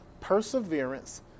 perseverance